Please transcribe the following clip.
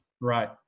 Right